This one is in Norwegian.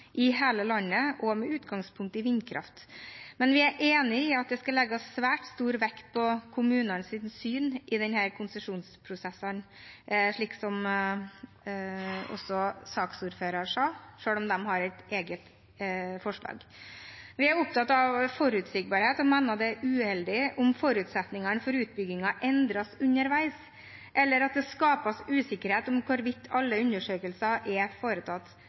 i hele landet, også med utgangspunkt i vindkraft. Men vi er enig i at det skal legges svært stor vekt på kommunenes syn i disse konsesjonsprosessene, slik også saksordføreren sa, selv om Senterpartiet har et eget forslag. Vi er opptatt av forutsigbarhet og mener det er uheldig om forutsetningene for utbygginger endres underveis, eller det skapes usikkerhet om hvorvidt alle undersøkelser er foretatt